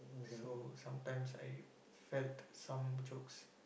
so sometimes I felt some jokes